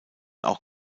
auch